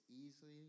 easily